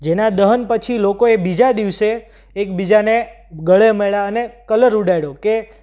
જેના દહન પછી લોકોએ બીજા દિવસે એકબીજાને ગળે મળ્યા અને કલર ઉડાડ્યો કે